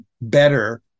better